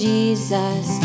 Jesus